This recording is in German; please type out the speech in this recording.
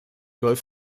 golf